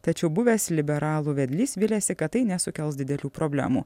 tačiau buvęs liberalų vedlys viliasi kad tai nesukels didelių problemų